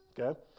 okay